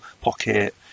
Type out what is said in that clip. pocket